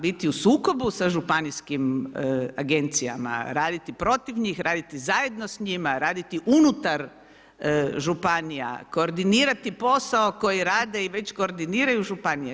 Biti u sukobu sa županijskim agencijama, raditi protiv njih, raditi zajedno s njima, raditi unutar županija, koordinirati posao, koje rade i koje već koordiniraju županije.